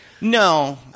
No